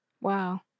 Wow